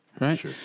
Right